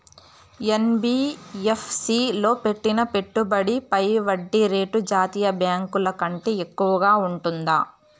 NBFC లో పెట్టిన పెట్టుబడి పై వడ్డీ రేటు జాతీయ బ్యాంకు ల కంటే ఎక్కువగా ఉంటుందా?